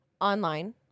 online